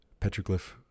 Petroglyph